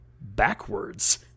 backwards